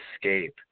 escape